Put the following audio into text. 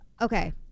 Okay